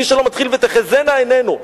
מי שלא מתחיל ב"ותחזינה עינינו",